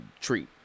treat